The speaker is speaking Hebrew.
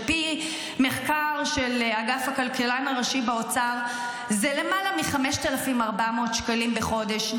על פי מחקר של אגף הכלכלן הראשי באוצר זה למעלה מ-5,400 שקלים בחודש,